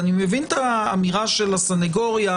אני מבין את האמירה של הסנגוריה: